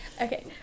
Okay